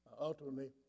Ultimately